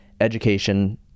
education